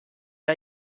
are